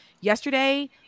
yesterday